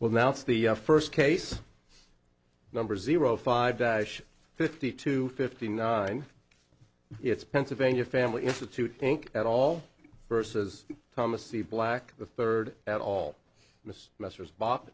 well now it's the first case number zero five dash fifty two fifty nine it's pennsylvania family institute think at all versus thomas e black the third at all m